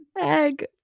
Egg